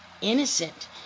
innocent